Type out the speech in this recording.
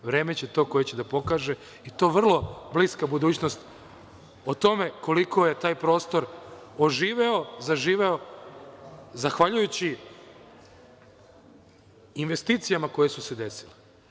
Vreme je to koje će da pokaže, i to vrlo bliska budućnost, o tome koliko je taj prostor oživeo, zaživeo, zahvaljujući investicijama koje su se desile.